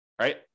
right